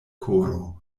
koro